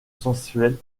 sensuelle